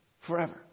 forever